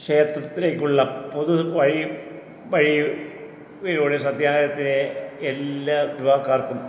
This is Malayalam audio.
ക്ഷേത്രത്തിലേക്കുള്ള പൊതു വഴി വഴി വഴിയിലൂടെ സത്യാഗ്രഹത്തിലെ എല്ലാ വിഭാഗക്കാർക്കും